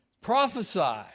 Prophesy